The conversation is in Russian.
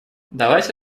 давайте